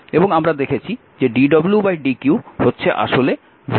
এবং আমরা দেখেছি যে dwdq হচ্ছে আসলে V